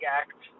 act